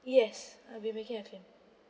yes I'll be making a claim